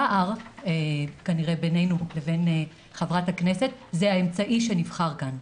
הפער כנראה בינינו לבין חברת הכנסת זה האמצעי שנבחר כאן.